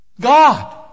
God